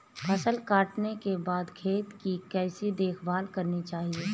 फसल काटने के बाद खेत की कैसे देखभाल करनी चाहिए?